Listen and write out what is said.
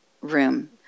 room